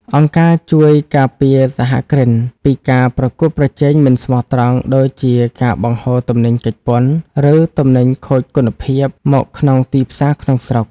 អង្គការជួយការពារសហគ្រិនពីការប្រកួតប្រជែងមិនស្មោះត្រង់ ដូចជាការបង្ហូរទំនិញគេចពន្ធ ឬទំនិញខូចគុណភាពមកក្នុងទីផ្សារក្នុងស្រុក